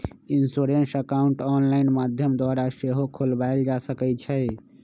insurance account online माध्यम द्वारा सेहो खोलबायल जा सकइ छइ